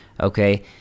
Okay